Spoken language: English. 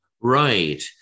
Right